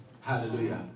Hallelujah